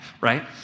right